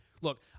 look